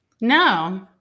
No